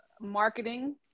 marketing